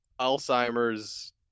Alzheimer's